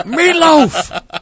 Meatloaf